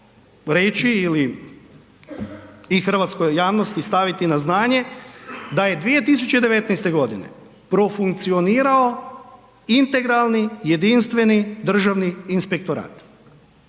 reći ili i hrvatskoj javnosti staviti na znanje da je 2019.g. profunkcionirao integralni jedinstveni državni inspektorat,